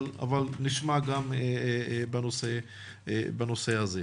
אבל נשמע גם בנושא הזה.